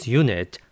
unit